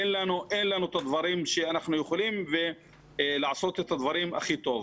אין לנו אותם כדי שנוכל לעשות את הדברים הכי טוב.